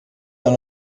dans